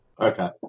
Okay